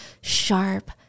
sharp